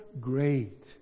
great